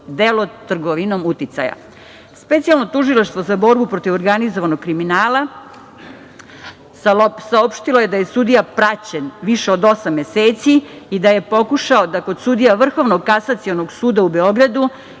delo trgovinom uticaja. Specijalno tužilaštvo za borbu protiv organizovanog kriminala saopštilo je da je sudija praćen više od osam meseci i da je pokušao da kod sudija Vrhovnog kasacionog suda u Beogradu